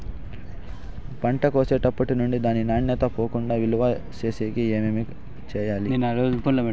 పంట కోసేటప్పటినుండి దాని నాణ్యత పోకుండా నిలువ సేసేకి ఏమేమి చేయాలి?